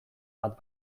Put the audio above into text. bat